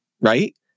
right